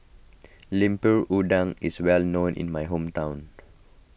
Lemper Udang is well known in my hometown